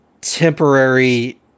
temporary